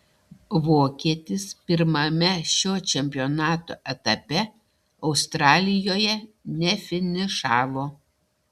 vokietis pirmame šio čempionato etape australijoje nefinišavo